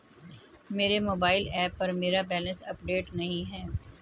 मेरे mobile app पर मेरा बैलेंस अपडेट नहीं है